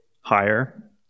higher